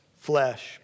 flesh